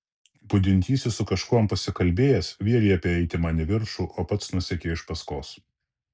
budintysis su kažkuom pasikalbėjęs vėl liepė eiti man į viršų o pats nusekė iš paskos